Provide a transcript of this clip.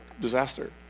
disaster